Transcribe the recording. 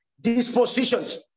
dispositions